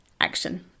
action